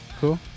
cool